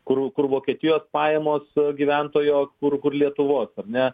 kur kur vokietijos pajamos gyventojo kur kur lietuvos ar ne